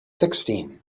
sixteen